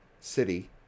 city